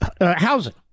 housing